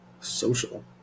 Social